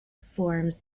forms